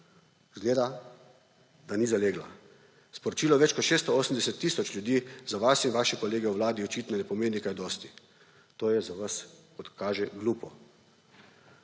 Zgleda, da ni zaleglo. Sporočilo več kot 680 tisoč ljudi za vas in vaše kolege v vladi očitno ne pomeni kaj dosti. To je za vas, kot kaže, glupo.